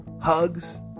Hugs